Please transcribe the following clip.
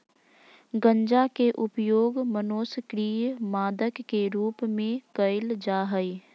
गंजा के उपयोग मनोसक्रिय मादक के रूप में कयल जा हइ